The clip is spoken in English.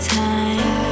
time